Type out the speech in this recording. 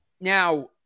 Now